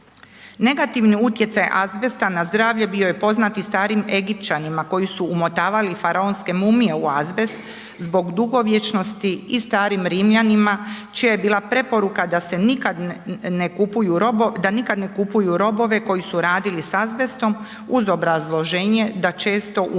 Negativne utjecaje azbesta na zdravlje bio je poznati stari Egipćanima koji su umotavali faraonske mumije u azbest zbog dugovječnosti i starim Rimljanima čija je bila preporuka da nikad ne kupuju robove koji su radili sa azbestom uz obrazloženje da često umiru